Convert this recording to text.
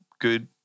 good